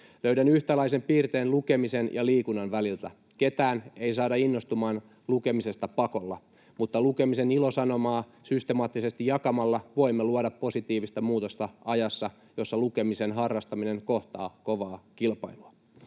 Löydän yhtäläisen piirteen lukemisen ja liikunnan väliltä: ketään ei saada innostumaan lukemisesta pakolla, mutta lukemisen ilosanomaa systemaattisesti jakamalla voimme luoda positiivista muutosta ajassa, jossa lukemisen harrastaminen kohtaa kovaa kilpailua.